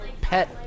pet